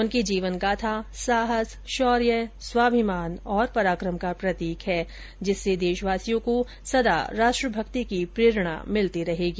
उनकी जीवन गाथा साहस शौर्य स्वाभिमान और पराक्रम का प्रतीक है जिससे देशवासियों को सदा राष्ट्रभक्ति की प्रेरणा मिलती रहेगी